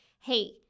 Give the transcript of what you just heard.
hey